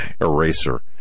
Eraser